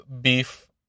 Beef